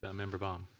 but member baum.